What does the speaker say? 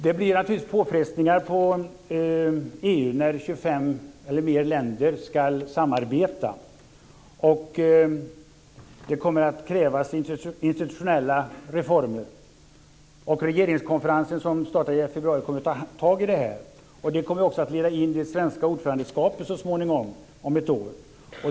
Det blir naturligtvis påfrestningar på EU när 25 eller fler länder ska samarbeta. Det kommer att krävas institutionella reformer. Regeringskonferensen som startar i februari kommer att ta tag i detta. Det kommer också att leda fram till det svenska ordförandeskapet om ett år.